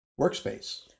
workspace